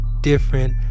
different